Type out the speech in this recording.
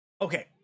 Okay